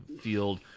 field